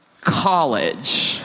college